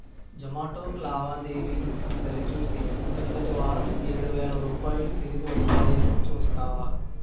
జొమాటో లావాదేవీలు సరిచూసి క్రిందటి వారం ఏడు వేల రూపాయలు తిరిగి వచ్చాయేమో చూస్తావా